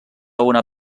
una